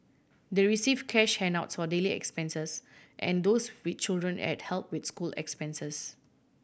they receive cash handouts for daily expenses and those with children had help with school expenses